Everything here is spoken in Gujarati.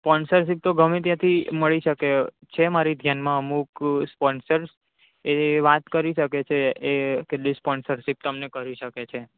સ્પોન્સરશિપ તો ગમે ત્યાંથી મળી શકે છે મારી ધ્યાનમાં અમુક સ્પોન્સર એ વાત કરી શકે છે એ કેટલી સ્પોન્સરશિપ તમને કરી શકે છે